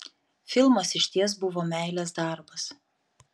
filmas išties buvo meilės darbas